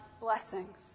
blessings